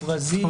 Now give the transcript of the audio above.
האדומות.